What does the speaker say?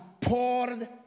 poured